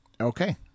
Okay